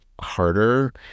harder